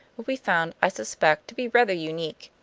will be found, i suspect, to be rather unique.